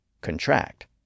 CONTRACT